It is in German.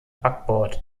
backbord